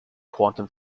quantum